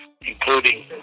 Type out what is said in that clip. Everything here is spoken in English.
including